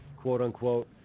quote-unquote